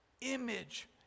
Image